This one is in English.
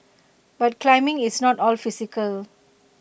but climbing is not all physical